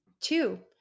Two